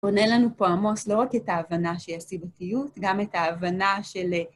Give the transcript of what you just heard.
עונה לנו פה עמוס לא רק את ההבנה שיש סיבתיות, גם את ההבנה של,